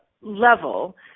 level